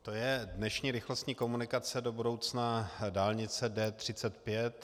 To je dnešní rychlostní komunikace, do budoucna dálnice D35.